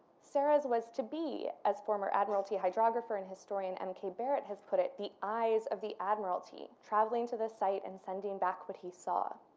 serres was to be as former admiralty hydrographer and historian and kay barrett has put it the eyes of the admiralty traveling to the site and sending back what he saw.